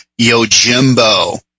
Yojimbo